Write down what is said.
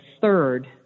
third